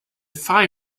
phi